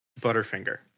Butterfinger